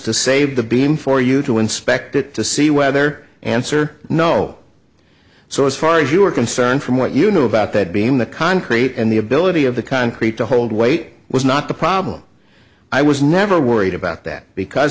to save the beam for you to inspect it to see whether answer no so as far as you are concerned from what you know about that being the concrete and the ability of the concrete to hold weight was not the problem i was never worried about that because